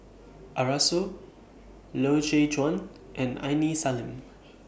Arasu Loy Chye Chuan and Aini Salim